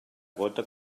gota